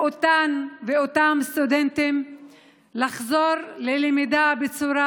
לאותן ולאותם סטודנטים לחזור ללמידה בצורה